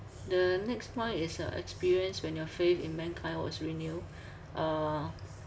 the next point is a experience when your faith in mankind was renew uh